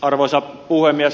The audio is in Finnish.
arvoisa puhemies